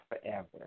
forever